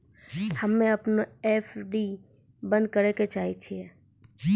हम्मे अपनो एफ.डी बन्द करै ले चाहै छियै